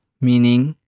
meaning